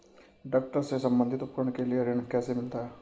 Tractor से संबंधित उपकरण के लिए ऋण कैसे मिलता है?